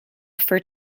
for